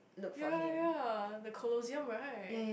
ya ya ya the Colosseum right